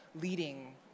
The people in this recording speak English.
leading